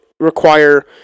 require